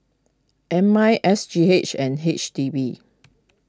M I S G H and H D B